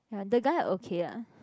ya the guy okay lah